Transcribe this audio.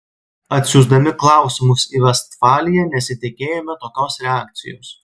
atsiųsdami klausimus į vestfaliją nesitikėjome tokios reakcijos